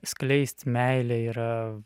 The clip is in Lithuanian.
skleist meilę yra